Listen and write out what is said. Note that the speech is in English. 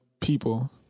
people